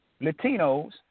latinos